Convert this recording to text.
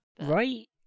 Right